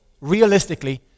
realistically